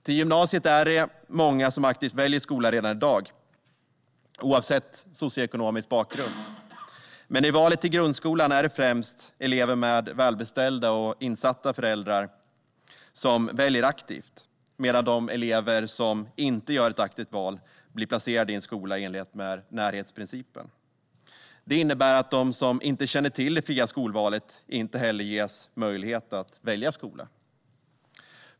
Till gymnasiet är det många som aktivt väljer skola redan i dag, oavsett socioekonomisk bakgrund. Men när det gäller grundskolan är det främst elever med välbeställda och insatta föräldrar som väljer aktivt medan de elever som inte gör ett aktivt val blir placerade i en skola i enlighet med närhetsprincipen. Det innebär att de som inte känner till det fria skolvalet inte heller ges möjlighet att välja skola.